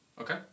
Okay